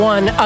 One